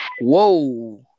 Whoa